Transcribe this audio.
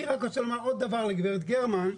אני רק רוצה לומר עוד דבר לגב' גרמן,